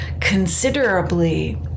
considerably